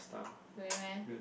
really meh